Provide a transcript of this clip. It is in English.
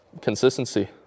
consistency